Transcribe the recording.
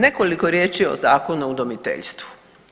Nekoliko riječi o Zakonu o udomiteljstvu.